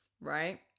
right